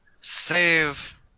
save